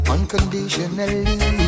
Unconditionally